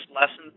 lessons